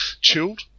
chilled